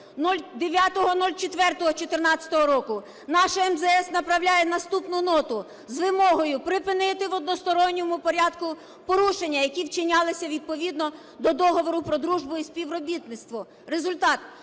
09.04.14 року наше МЗС направляє наступну ноту з вимогою припинити в односторонньому порядку порушення, які вчинялися відповідно до Договору про дружбу і співробітництво. Результат